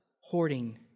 hoarding